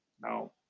now